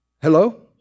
Hello